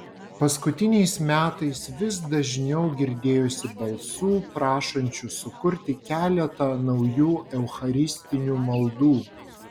paskutiniais metais vis dažniau girdėjosi balsų prašančių sukurti keletą naujų eucharistinių maldų